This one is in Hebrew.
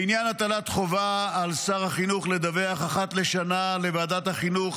לעניין הטלת חובה על שר החינוך לדווח אחת לשנה לוועדת החינוך,